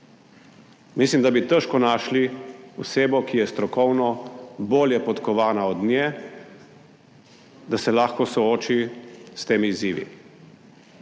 Mislim, da bi težko našli osebo, ki je strokovno bolje podkovana od nje, da se lahko sooči s temi izzivi.